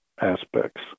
aspects